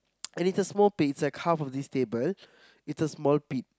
and it's a small pit it's like half of this table it's a small pit